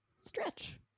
stretch